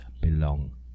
belong